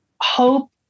hope